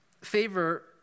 favor